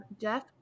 Jeff